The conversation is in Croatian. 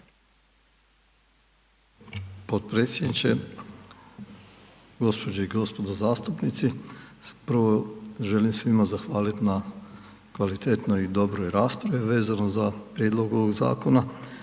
Potpredsjedniče. Gospođe i gospodo zastupnici. Prvo, želim svima zahvaliti na kvalitetnoj i dobroj raspravi vezano za prijedlog ovog zakona